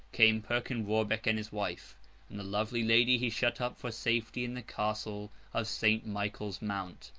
came perkin warbeck and his wife and the lovely lady he shut up for safety in the castle of st. michael's mount,